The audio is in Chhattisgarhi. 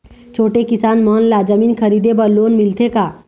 छोटे किसान मन ला जमीन खरीदे बर लोन मिलथे का?